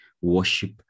worship